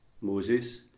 Moses